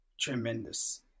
tremendous